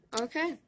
okay